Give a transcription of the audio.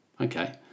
Okay